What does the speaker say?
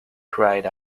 cried